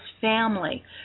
family